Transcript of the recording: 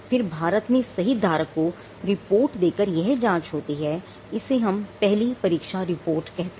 फिर भारत में सही धारक को रिपोर्ट देकर यह जांच होती है इसे हम पहली परीक्षा रिपोर्ट कहते हैं